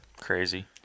Crazy